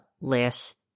last